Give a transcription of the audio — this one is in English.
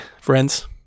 friends